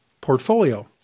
portfolio